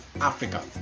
Africa